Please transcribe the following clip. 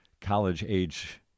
college-age